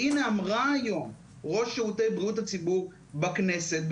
והנה אמרה היום ראש שירותי בריאות הציבור בכנסת,